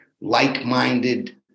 like-minded